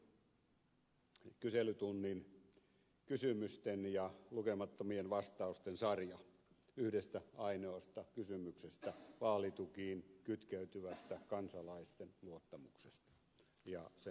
äskeinen kyselytunnin kysymysten ja lukemattomien vastausten sarja yhdestä ainoasta kysymyksestä vaalitukiin kytkeytyvä kansalaisten luottamus ja sen palauttaminen